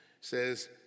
Says